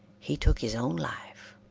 he took his own life.